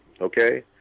okay